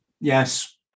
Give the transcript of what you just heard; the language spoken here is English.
yes